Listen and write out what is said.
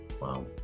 Wow